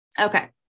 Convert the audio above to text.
Okay